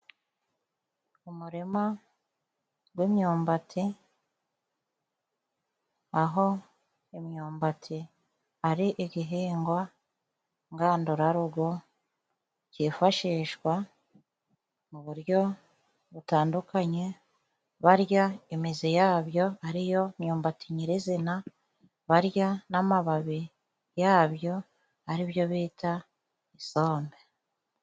Umurima w'imyumbati aho imyumbati ari igihingwa ngandurarugo cyifashishwa mu buryo butandukanye, barya imizi yabyo ari yo myumbati nyirizina, barya n'amababi yabyo ari byo bita isombe.